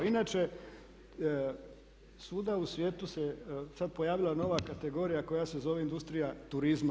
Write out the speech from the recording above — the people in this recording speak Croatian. Inače svuda u svijetu se sad pojavila nova kategorija koja se zove industrija turizma.